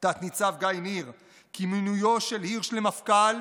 תת-ניצב גיא ניר כי מינויו של הירש למפכ"ל